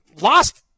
lost